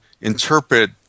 interpret